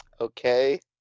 Okay